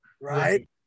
right